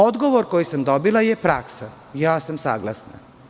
Odgovor koji sam dobila je – praksa i ja sam saglasna.